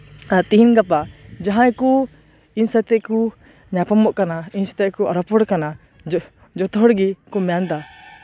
ᱟᱨ ᱛᱮᱦᱤᱧ ᱜᱟᱯᱟ ᱡᱟᱦᱟᱸᱭ ᱠᱚ ᱤᱧ ᱥᱟᱛᱮᱜ ᱠᱚ ᱧᱟᱯᱟᱢᱚᱜ ᱠᱟᱱᱟ ᱤᱧ ᱥᱟᱛᱮᱜ ᱠᱚ ᱨᱚᱯᱚᱲ ᱠᱟᱱᱟ ᱡᱚᱛᱚ ᱦᱚᱲ ᱜᱮᱠᱚ ᱢᱮᱱ ᱮᱫᱟ